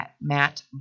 Matt